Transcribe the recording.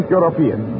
European